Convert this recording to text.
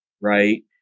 right